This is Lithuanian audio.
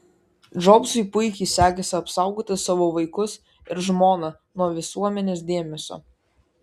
džobsui puikiai sekėsi apsaugoti savo vaikus ir žmoną nuo visuomenės dėmesio